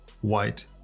White